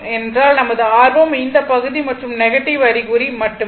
ஏனென்றால் நமது ஆர்வம் இந்த பகுதி மற்றும் நெகட்டிவ் அறிகுறி மட்டுமே